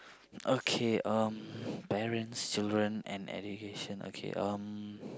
okay um parents children and education okay um